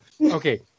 Okay